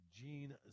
gene